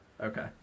Okay